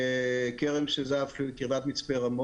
מכרם שיזף בקרבת מצפה רמון.